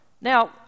Now